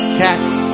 cats